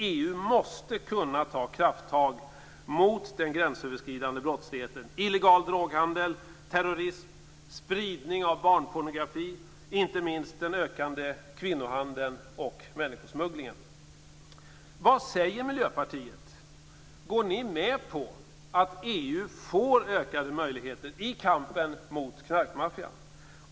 EU måste kunna ta krafttag mot den gränsöverskridande brottsligheten, illegal droghandel, terrorism, spridning av barnpornografi och inte minst den ökande kvinnohandeln och människosmugglingen. Vad säger Miljöpartiet? Går ni med på att EU får ökade möjligheter i kampen mot knarkmaffian?